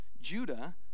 Judah